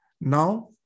now